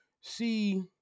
see